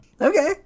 okay